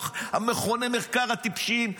מכוני המחקר הטיפשיים,